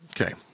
okay